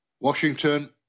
Washington